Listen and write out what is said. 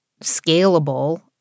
scalable